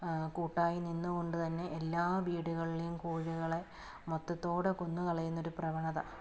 കൂട്ടായി നിന്നുകൊണ്ടുതന്നെ എല്ലാ വീടുകളിലേയും കോഴികളെ മൊത്തത്തോടെ കൊന്നുകളയുന്ന ഒരു പ്രവണത